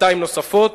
בשנתיים נוספות,